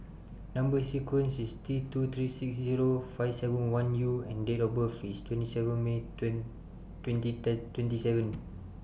Number sequence IS T two three six Zero five seven one U and Date of birth IS twenty seven May twenty Third twenty seven